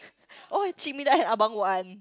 oh cik Midah and abang Wan